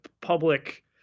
public